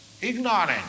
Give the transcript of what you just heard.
ignorant